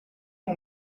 mon